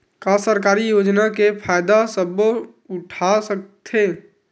का सरकारी योजना के फ़ायदा सबो उठा सकथे?